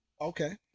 Okay